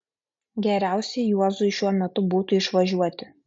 geriausiai juozui šiuo metu būtų išvažiuoti